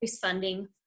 funding